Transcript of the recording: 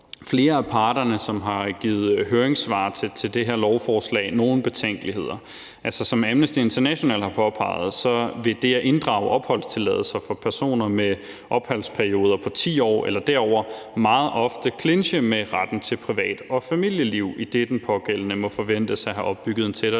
flere af parterne, som har givet høringssvar til det her lovforslag, nogle betænkeligheder. Som Amnesty International har påpeget, vil det at inddrage opholdstilladelser for personer med opholdsperioder på 10 år eller derover meget ofte clinche med retten til privat- og familieliv, idet den pågældende må forventes at have opbygget en tættere